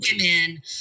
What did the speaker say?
women